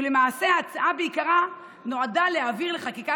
ולמעשה ההצעה בעיקרה נועדה להעביר לחקיקה